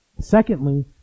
Secondly